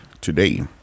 today